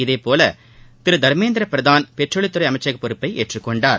இதேபோல திரு தர்மேந்திர பிரதான் பெட்ரோலியத்துறை அமைச்சக பொறுப்பை ஏற்றுக்கொண்டர்